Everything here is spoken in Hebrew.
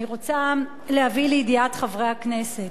אני רוצה להביא לידיעת חברי הכנסת,